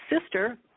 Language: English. sister